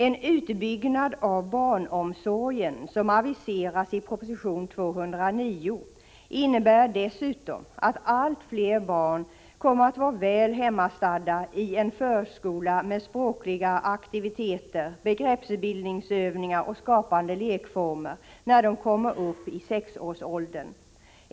En utbyggnad av barnomsorgen, som aviseras i proposition 1984/85:209, innebär dessutom att allt fler barn kommer att vara väl hemmastadda i en förskola med språkliga aktiviteter, begreppsbildningsövningar och skapande lekformer, när de kommer upp i sexårsåldern.